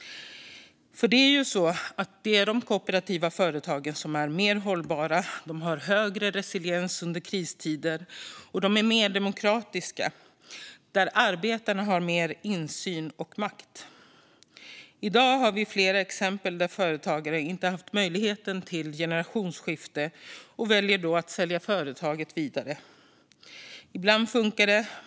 De kooperativa företagen är mer hållbara och har högre resiliens under kristider. De är mer demokratiska, och arbetarna har mer insyn och makt. I dag har vi flera exempel där företagare inte haft möjligheten till generationsskifte. De väljer då att sälja företaget vidare. Ibland fungerar det.